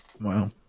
Wow